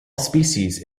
species